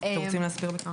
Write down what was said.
אתם רוצים להסביר?